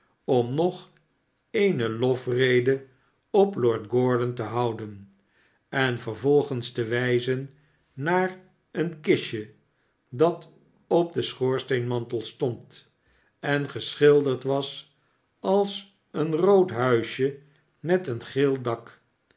om nog eene lofrede op lord gordon te houden en vervolgens te wijzen naar een kistje dat op den schoorsteenmantel stond en geschilderd was als een rood huisje met een geel dak